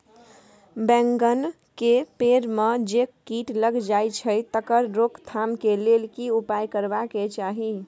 बैंगन के पेड़ म जे कीट लग जाय छै तकर रोक थाम के लेल की उपाय करबा के चाही?